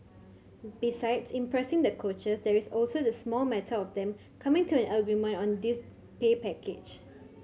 besides impressing the coaches there is also the small matter of them coming to an agreement on this pay package